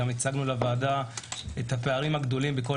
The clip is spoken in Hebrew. גם הצגנו לוועדה את הפערים הגדולים בכל